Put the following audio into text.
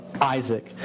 Isaac